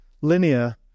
linear